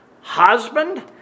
Husband